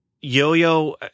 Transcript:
yo-yo